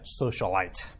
Socialite